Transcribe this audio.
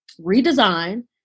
redesign